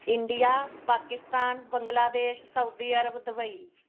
India Pakistan Bangladesh Saudi Arabia Dubai